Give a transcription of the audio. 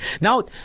Now